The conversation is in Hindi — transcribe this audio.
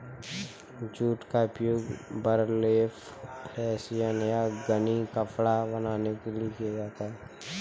जूट का उपयोग बर्लैप हेसियन या गनी कपड़ा बनाने के लिए किया जाता है